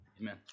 amen